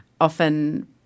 often